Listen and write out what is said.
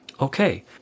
Okay